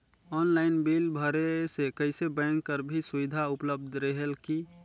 Online bill भरे से कइसे बैंक कर भी सुविधा उपलब्ध रेहेल की?